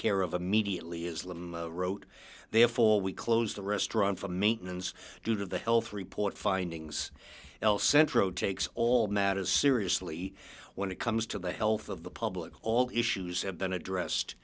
care of immediately islam wrote therefore we closed the restaurant for maintenance due to the health report findings el centro takes all matters seriously when it comes to the health of the public all issues have been addressed